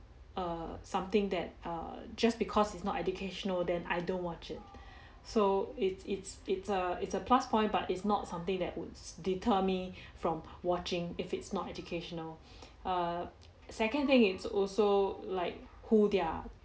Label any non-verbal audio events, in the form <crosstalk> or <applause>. err something that err just because it's not educational then I don't watch it so it's it's it's a it's a plus point but it's not something that would s` deter me from watching if it's not educational <breath> err second thing it's also like who they are